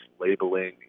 labeling